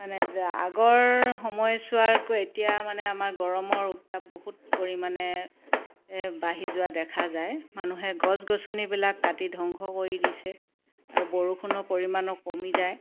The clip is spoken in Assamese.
মানে আগৰ সময়ছোৱাতকৈ এতিয়া মানে আমাৰ গৰমৰ উত্তাপ বহুত পৰিমাণে বাঢ়ি যোৱা দেখা যায় মানুহে গছ গছনিবিলাক কাটি ধ্বংস কৰি দিছে আৰু বৰষুণৰ পৰিমাণো কমি যায়